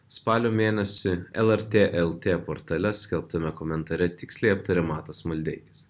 spalio mėnesį lrt el tė portale skelbtame komentare tiksliai aptarė matas maldeikis